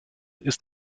ist